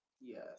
Yes